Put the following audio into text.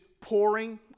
pouring